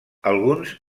alguns